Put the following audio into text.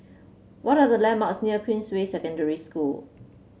what are the landmarks near Queensway Secondary School